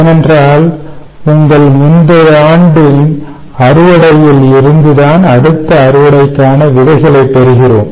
ஏனென்றால் உங்கள் முந்தைய ஆண்டின் அறுவடையில் இருந்து தான் அடுத்த அறுவடைக்கான விதைகளை பெறுகிறோம்